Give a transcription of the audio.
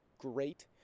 great